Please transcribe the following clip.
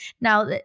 Now